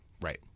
right